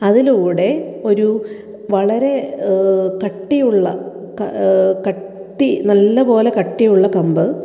അതിലൂടെ ഒരു വളരെ കട്ടിയുള്ള കട്ടി നല്ലപോലെ കട്ടിയുള്ള കമ്പ്